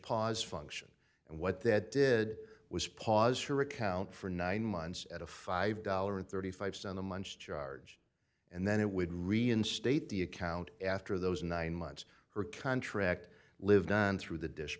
pause function and what that did was pause her account for nine months at a five dollar and thirty five stone the munched charge and then it would reinstate the account after those nine months her contract lived through the dish